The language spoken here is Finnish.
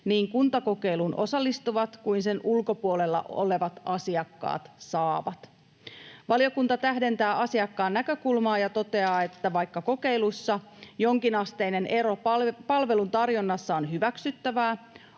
niin kuntakokeiluun osallistuvat kuin sen ulkopuolella olevat asiakkaat saavat. Valiokunta tähdentää asiakkaan näkökulmaa ja toteaa, että vaikka kokeilussa jonkinasteinen ero palvelutarjonnassa on hyväksyttävä,